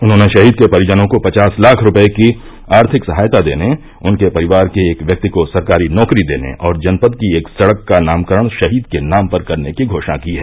उन्होंने शहीद के परिजनों को पचास लाख रूपए की आर्थिक सहायता देने उनके परिवार के एक व्यक्ति को सरकारी नौकरी देने और जनपद की एक सड़क का नामकरण शहीद के नाम पर करने की घोषणा की है